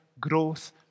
growth